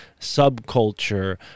subculture